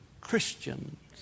Christians